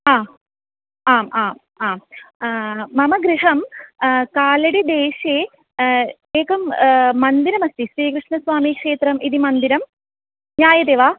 हा आम् आम् आम् मम गृहं कालडिदेशे एकं मन्दिरमस्ति श्रीकृष्णस्वामीक्षेत्रम् इति मन्दिरं ज्ञायते वा